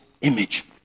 image